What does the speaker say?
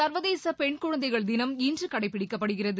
சர்வதேச பெண் குழந்தைகள் தினம் இன்று கடைபிடிக்கப்படுகிறது